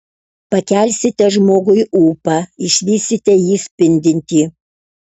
pakelsite žmogui ūpą išvysite jį spindintį